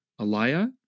Elijah